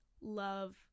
love